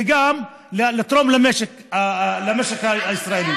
וגם לתרום למשק הישראלי.